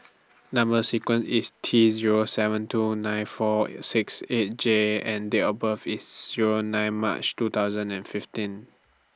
Number sequence IS T Zero seven two nine four six eight J and Date of birth IS Zero nine March two thousand and fifteen